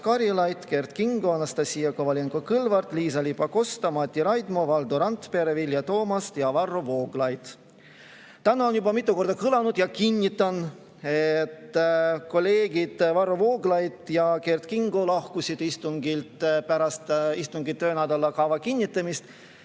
Täna on juba mitu korda kõlanud ja kinnitan, et kolleegid Varro Vooglaid ja Kert Kingo lahkusid istungilt pärast istungi töönädala kava kinnitamist